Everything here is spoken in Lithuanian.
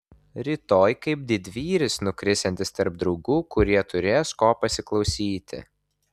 rytoj kaip didvyris nukrisiantis tarp draugų kurie turės ko pasiklausyti